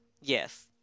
Yes